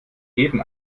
jeden